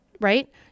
right